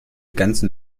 ganzen